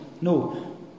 No